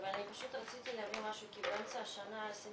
אני פשוט רציתי להביא משהו כי באמצע השנה עשינו